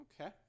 Okay